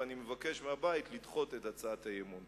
ואני מבקש מהבית לדחות את הצעת האי-אמון.